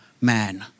man